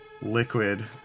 liquid